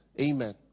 Amen